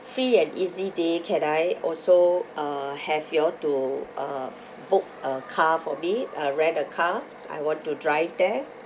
free and easy day can I also uh have you all to uh book a car for me uh rent a car I want to drive there